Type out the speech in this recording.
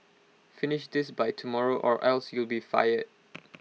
finish this by tomorrow or else you'll be fired